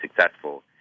successful